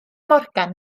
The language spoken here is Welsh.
morgan